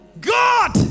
God